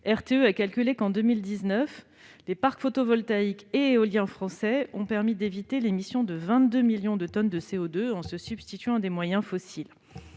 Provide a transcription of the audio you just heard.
RTE a calculé qu'en 2019, les parcs photovoltaïque et éolien français ont permis d'éviter l'émission de 22 millions de tonnes de CO2 en se substituant à des moyens fossiles.